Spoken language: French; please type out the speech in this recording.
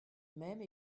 même